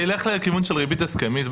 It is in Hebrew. בסוף זה ילך לכיוון של ריבית הסכמית.